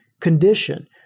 condition